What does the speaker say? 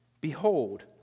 behold